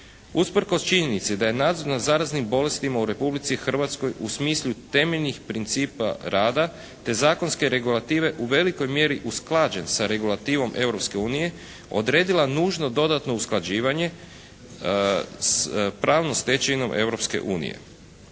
usprkos činjenici da je nadzor nad zaraznim bolestima u Republici Hrvatskoj u smislu temeljnih principa rada, te zakonske regulative u velikoj mjeri usklađen sa regulativom Europske unije odredila nužno dodatno usklađivanje s pravnom stečevinom